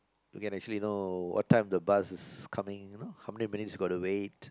you can actually know what time the bus is coming how many minutes you got to wait